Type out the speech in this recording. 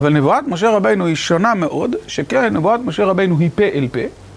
אבל נבואת משה רבנו היא שונה מאוד, שכן נבואת משה רבנו היא פה אל פה.